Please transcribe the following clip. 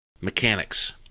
Mechanics